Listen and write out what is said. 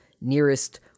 nearest